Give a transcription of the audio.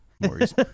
Maurice